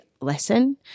lesson